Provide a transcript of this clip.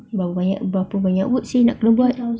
berapa banyak berapa banyak words seh nak kena buat